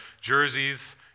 jerseys